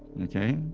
okay,